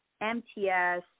MTS